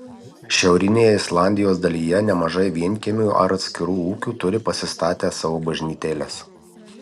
šiaurinėje islandijos dalyje nemažai vienkiemių ar atskirų ūkių turi pasistatę savo bažnytėles